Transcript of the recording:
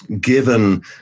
Given